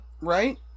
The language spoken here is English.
Right